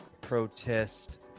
protest